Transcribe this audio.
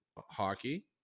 hockey